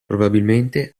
probabilmente